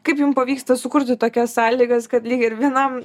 kaip jum pavyksta sukurti tokias sąlygas kad lyg ir vienam